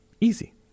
Easy